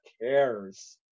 cares